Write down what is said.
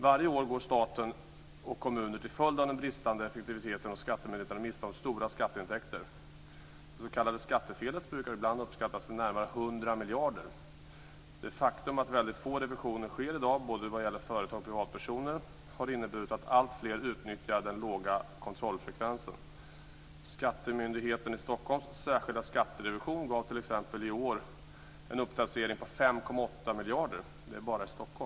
Varje år går staten och kommunerna till följd av den bristande effektiviteten hos skattemyndigheterna miste om stora skatteintäkter. Det s.k. skattefelet brukar ibland uppskattas till närmare 100 miljarder. Det faktum att det i dag genomförs väldigt få revisioner, både av företag och av privatpersoner, har inneburit att alltfler utnyttjar den låga kontrollfrekvensen. Den särskilda skatterevisionen vid Skattemyndigheten i Stockholm gav i år en upptaxering om 5,8 miljarder.